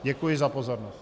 Děkuji za pozornost.